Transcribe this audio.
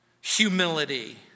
humility